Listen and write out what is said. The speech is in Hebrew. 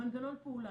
מנגנון פעולה,